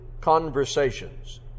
conversations